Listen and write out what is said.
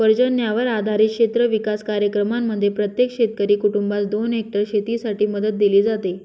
पर्जन्यावर आधारित क्षेत्र विकास कार्यक्रमांमध्ये प्रत्येक शेतकरी कुटुंबास दोन हेक्टर शेतीसाठी मदत दिली जाते